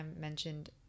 mentioned